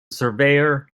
surveyor